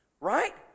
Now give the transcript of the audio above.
right